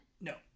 No